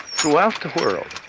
throughout the world,